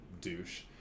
douche